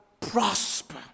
prosper